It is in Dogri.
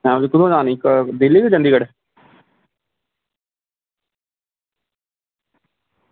हां कुत्थां दा कटानी दिल्ली टू चंडीगढ़